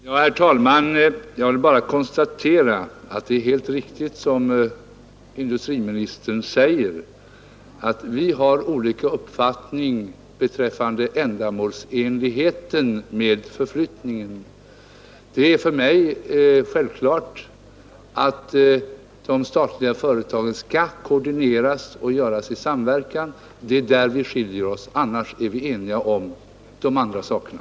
Herr talman! Jag vill bara konstatera att det är helt riktigt som industriministern säger att vi har olika uppfattning beträffande ändamålsenligheten med förflyttningen. Det är för mig självklart att de statliga företagen skall koordineras och samverka. Det är där vi skiljer oss. Annars är vi eniga om de andra sakerna.